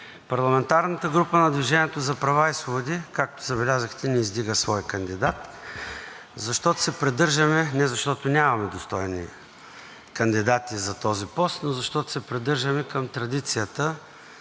Парламентарната група на „Движение за права и свободи“, както забелязахте, не издига свой кандидат. Не защото нямаме достойни кандидати за този пост, но защото се придържаме към традицията,